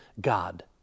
God